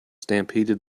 stampeded